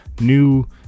new